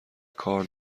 کار